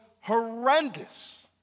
horrendous